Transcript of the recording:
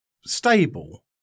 stable